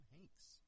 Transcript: Hanks